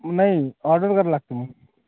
नाही ऑर्डर करावं लागते मग